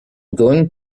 going